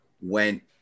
went